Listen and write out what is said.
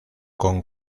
con